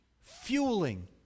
fueling